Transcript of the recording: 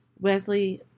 Wesley